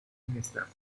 inestable